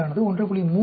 32 ஆனது 1